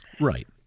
Right